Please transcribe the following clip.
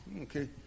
okay